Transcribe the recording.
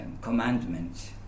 commandments